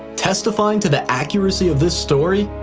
testifying to the accuracy of this story?